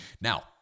Now